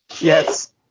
Yes